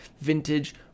vintage